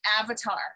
avatar